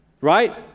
right